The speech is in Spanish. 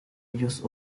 ellos